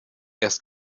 erst